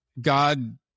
God